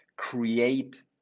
create